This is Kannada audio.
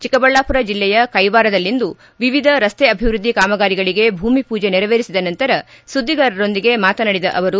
ಚಿಕ್ಕಬಳ್ಳಾಪುರ ಜೆಲ್ಲೆಯ ಕೈವಾರದಲ್ಲಿಂದು ವಿವಿಧ ರಸ್ತೆ ಅಭಿವೃದ್ಧಿ ಕಾಮಗಾರಿಗಳಿಗೆ ಭೂಮಿ ಪೂಜೆ ನೆರವೇರಿಸಿದ ನಂತರ ಸುದ್ದಿಗಾರರೊಂದಿಗೆ ಮಾತನಾಡಿದ ಅವರು